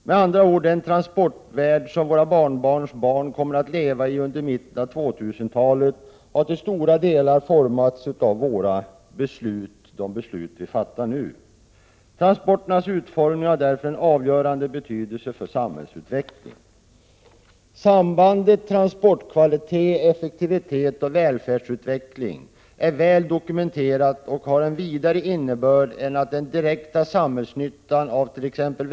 Med andra ord, den transportvärld som våra barnbarns barn kommer att leva i under mitten av 2000-talet har till stora delar formats av de beslut vi fattar nu. Transporternas utformning har därför en avgörande betydelse för samhällsutvecklingen. Sambandet mellan transportkvalitet/effektivitet och välfärdsutveckling är väl dokumenterat och har en vidare innebörd än att den direkta samhällsnyttan avt.ex.